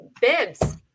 bibs